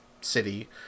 City